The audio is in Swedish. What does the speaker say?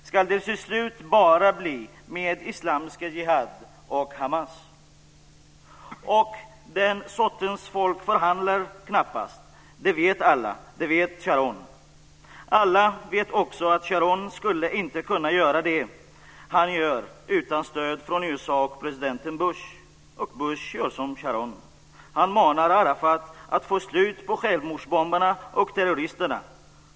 Ska det till slut bara bli förhandlingar med Islamiska Jihad och Hamas? Den sortens folk förhandlar knappast. Det vet alla. Det vet Alla vet också att Sharon inte skulle kunna göra det han gör utan stöd från USA och president Bush. Bush gör som Sharon. Han manar Arafat att få bort självmordsbombarna och terroristerna.